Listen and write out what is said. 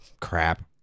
crap